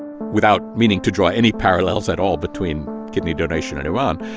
without meaning to draw any parallels at all between kidney donation and iran,